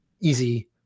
easy